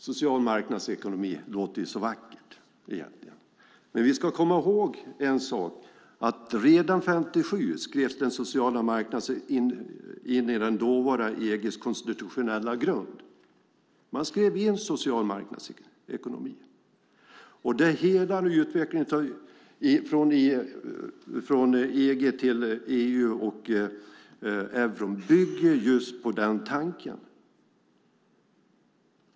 Social marknadsekonomi låter ju så vackert egentligen. Men vi ska komma ihåg en sak: Redan 1957 skrevs den sociala marknadsekonomin in i det dåvarande EG:s konstitutionella grund. Hela utvecklingen från EG till EU och euron bygger på den tanken.